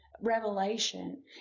revelation